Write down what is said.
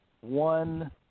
one